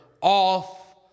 off